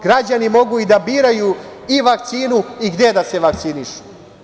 Građani mogu i da biraju i vakcinu i gde da se vakcinišu.